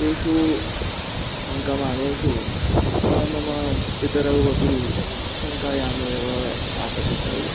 तेषु शङ्कमानेषु मम पितरौ अपि शङ्कायामेव आपतितौ